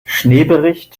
schneebericht